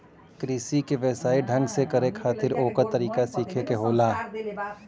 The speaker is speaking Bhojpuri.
कृषि के व्यवसायिक ढंग से करे खातिर ओकर तरीका सीखे के होला